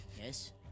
Yes